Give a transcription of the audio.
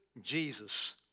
Jesus